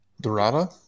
dorada